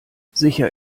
sicher